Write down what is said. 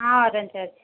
ହଁ ଅରେଞ୍ଜ ଅଛି